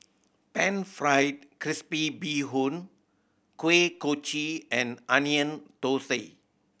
Pan Fried Crispy Bee Hoon Kuih Kochi and Onion Thosai